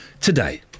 today